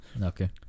Okay